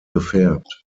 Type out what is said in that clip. gefärbt